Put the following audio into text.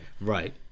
Right